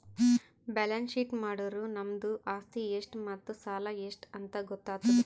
balance sheet ಮಾಡುರ್ ನಮ್ದು ಆಸ್ತಿ ಎಷ್ಟ್ ಮತ್ತ ಸಾಲ ಎಷ್ಟ್ ಅಂತ್ ಗೊತ್ತಾತುದ್